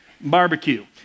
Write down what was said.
barbecue